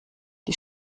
die